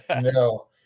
No